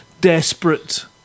desperate